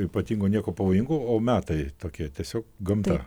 ypatingo nieko pavojingo o metai tokie tiesiog gamta